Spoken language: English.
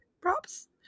Props